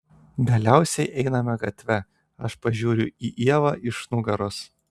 galiausiai einame gatve aš pažiūriu į ievą iš nugaros